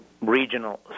regional